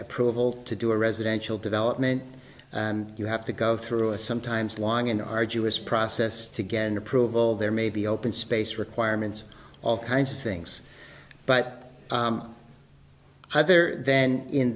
approval to do residential development and you have to go through a sometimes long and arduous process to get approval there may be open space requirements all kinds of things but either then in